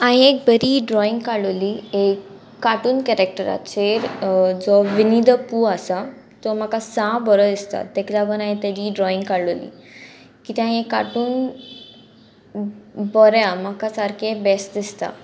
हांयेन एक बरी ड्रॉइंग काडलोली एक कार्टून कॅरेक्टराचेर जो विनी द पू आसा तो म्हाका सा बरो दिसता तेका लागोन हांयेन तेजी ड्रॉइंग काडलोली कित्या हे कार्टून बोऱ्या म्हाका सारकें बेस्ट दिसता